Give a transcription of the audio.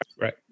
Right